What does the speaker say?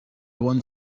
want